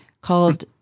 called